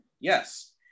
Yes